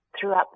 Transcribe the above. throughout